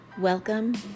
welcome